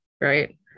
right